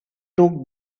took